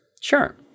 sure